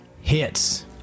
hits